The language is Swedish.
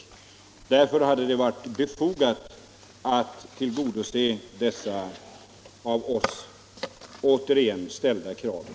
Därför hade det varit befogat att tillgodose de av oss ställda kraven.